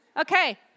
Okay